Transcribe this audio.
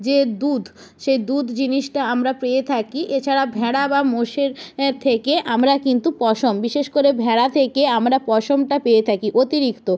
যে দুধ সেই দুধ জিনিসটা আমরা পেয়ে থাকি এছাড়া ভেড়া বা মোষের এর থেকে আমরা কিন্তু পশম বিশেষ করে ভেড়া থেকে আমরা পশমটা পেয়ে থাকি অতিরিক্ত